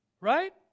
Right